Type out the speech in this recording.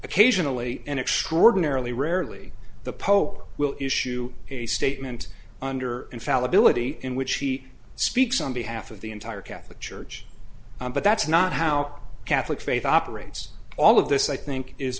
occasionally and extraordinarily rarely the pope will issue a statement under infallibility in which he speaks on behalf of the entire catholic but that's not how catholic faith operates all of this i think is